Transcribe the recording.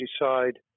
decide